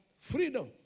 freedom